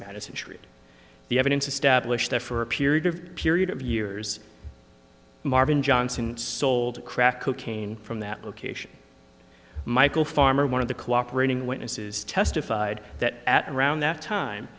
street the evidence establish that for a period of a period of years marvin johnson sold crack cocaine from that location michael farmer one of the cooperating witnesses testified that at around that time